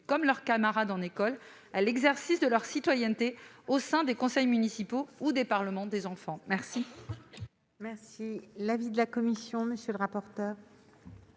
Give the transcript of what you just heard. comme leurs camarades en école, à l'exercice de leur citoyenneté au sein des conseils municipaux ou des parlements des enfants. Quel